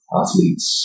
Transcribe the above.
athletes